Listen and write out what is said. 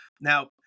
now